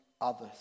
others